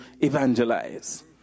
evangelize